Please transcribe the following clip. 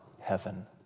heaven